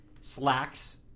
Slacks